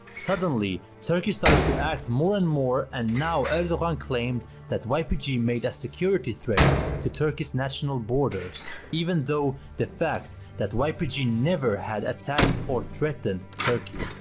suddenly, turkey started to act more and more and now erdogan claimed that ypg made a security threat to turkey's national borders even though the fact that ypg never had attacked or threatened turkey.